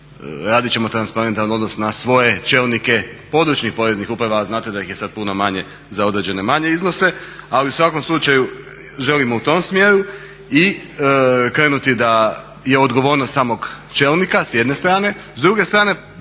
radit ćemo transparentan odnos na svoje čelnike područnih poreznih uprava, a znate da ih je sad puno manje za određene manje iznose. Ali u svakom slučaju želimo u tom smjeru i krenuti da je odgovornost samog čelnika s jedne strane, s druge strane